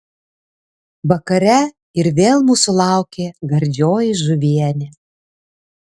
vakare ir vėl mūsų laukė gardžioji žuvienė